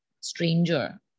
stranger